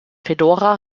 fedora